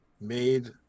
made